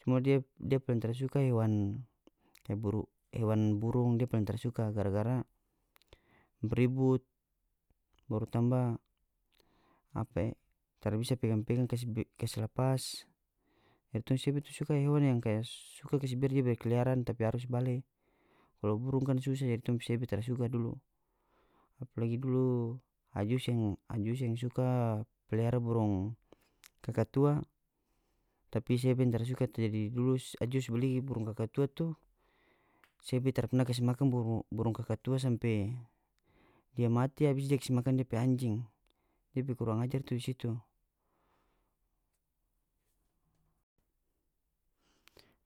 Cuma dia paling tara suka hewan kaya hewan burung dia paling tara suka gara-gara beribut baru tambah apa e tara bisa pegang-pegang kase lapas jadi tong sebe tu suka hewan yang kaya suka kas biar dia berkeliaran tapi harus bale kalo burung kan susah jadi tong pe sebe tara suka dulu apalagi dulu ajus yang ajus yang suka pelihara burung kakatua tapi sebe yang tara suka tu jadi dulu ajus beli burung kakatua tu sebe tara pernah kas makan burung kakatua sampe dia mati abis dia kas makan dia pe anjing depe kurang ajar tu di situ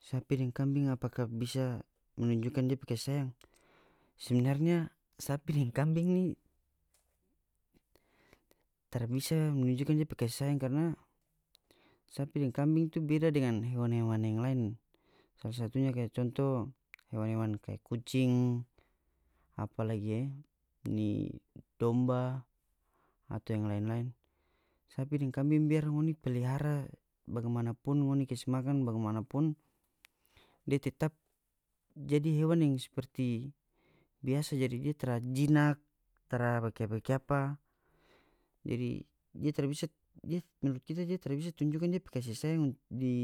sapi deng kambing apakah bisa menunjukan depe kasih sayang sebenarnya sapi deng kambing ni tara bisa menunjukan depe kasih sayang karna sapi deng kambing tu beeda dengan hewan-hewan yang lain salah satunya kaya contoh hewan-hewan kaya kucing apalagi e ini domba atau yang lain-lain sapi deng kambing biar ngoni pelihara bagimana pun ngoni kasi makan bagimana pun dia tetap jadi hewan yang seperti biasa jadi dia tara jinak tara bakiapa-bakiapa jadi dia tara bisa dia menurut kita dia tara bisa tunjukan dia pe kasih sayang di.